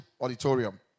auditorium